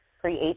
create